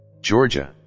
Georgia